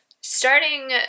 starting